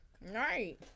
Right